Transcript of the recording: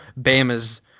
Bama's